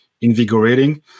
invigorating